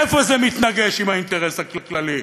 איפה זה מתנגש עם האינטרס הכללי?